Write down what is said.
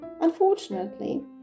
Unfortunately